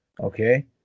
Okay